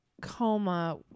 coma